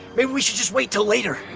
maybe we should just wait till later.